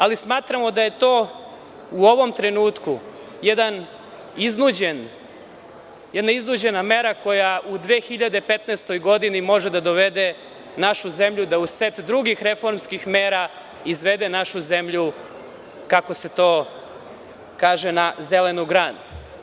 Ali, smatramo da je to u ovom trenutku jedna iznuđena mera koja u 2015. godini može da dovede našu zemlju da u set drugih reformskih mera izvede našu zemlju kako se to kaže na zelenu granu.